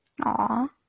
Aww